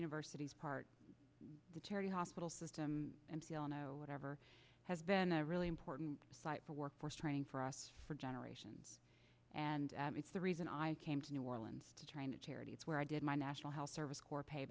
universities part the charity hospital system and whatever has been a really important site for workforce training for us for generations and it's the reason i came to new orleans to train the charities where i did my national health service corps pay